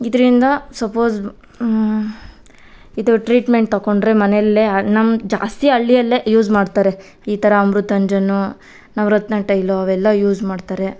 ಇದರಿಂದ ಸಪೋಸ್ ಇದು ಟ್ರೀಟ್ಮೆಂಟ್ ತಕೊಂಡ್ರೆ ಮನೆಯಲ್ಲೇ ನಮ್ಮ ಜಾಸ್ತಿ ಹಳ್ಳಿಯಲ್ಲೇ ಯೂಸ್ ಮಾಡ್ತಾರೆ ಈ ಥರ ಅಮೃತಾಂಜನ್ ನವರತ್ನ ತೈಲು ಅವೆಲ್ಲ ಯೂಸ್ ಮಾಡ್ತಾರೆ